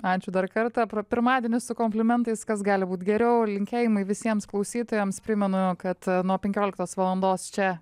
ačiū dar kartą pirmadienį su komplimentais kas gali būt geriau linkėjimai visiems klausytojams primenu kad nuo penkioliktos valandos čia